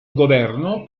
governo